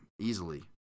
easily